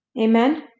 Amen